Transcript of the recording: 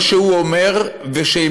לא שהוא אומר זאת,